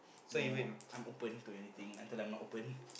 no I'm open to anything until I'm not open